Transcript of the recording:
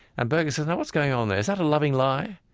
and berger says, now, what's going on there? is that a loving lie?